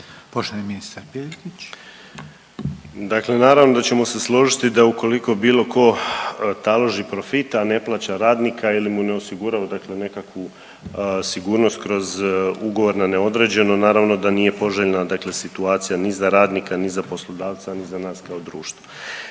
**Piletić, Marin (HDZ)** Dakle naravno da ćemo se složiti da ukoliko bilo ko taloži profit, a ne plaća radnika ili mu ne osigurava dakle nekakvu sigurnost kroz ugovor na neodređeno naravno da nije poželjna dakle situacija ni za radnika, ni za poslodavca, ni za nas kao društvo.